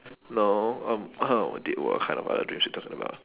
no um what kind of other dreams you talking about